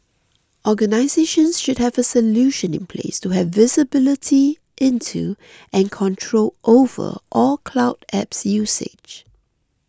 organisations should have a solution in place to have visibility into and control over all cloud apps usage